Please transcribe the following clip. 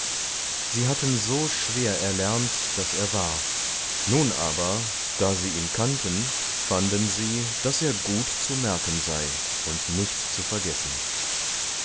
sie hatten so schwer erlernt daß er war nun aber da sie ihn konnten fanden sie daß er gut zu merken sei und nicht zu vergessen